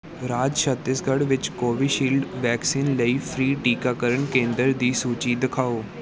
ਰਾਜ ਛੱਤੀਸਗੜ੍ਹ ਵਿੱਚ Covishield vaccine ਲਈ free ਟੀਕਾਕਰਨ ਕੇਂਦਰ ਦੀ ਸੂਚੀ ਦਿਖਾਓ